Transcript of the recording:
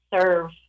serve